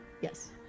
Yes